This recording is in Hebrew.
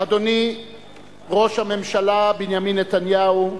אדוני ראש הממשלה בנימין נתניהו,